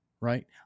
right